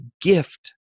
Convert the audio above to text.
gift